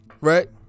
right